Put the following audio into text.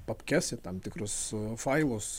papkes į tam tikrus failus